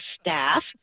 staff